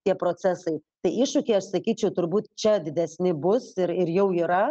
tie procesai tai iššūkiai aš sakyčiau turbūt čia didesni bus ir ir jau yra